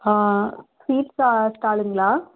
ah sweet stall ஸ்டாலுங்களா